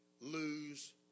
lose